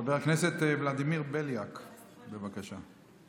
חבר הכנסת ולדימיר בליאק, בבקשה.